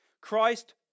Christ